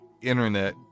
internet